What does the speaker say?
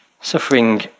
Suffering